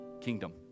kingdom